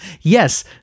Yes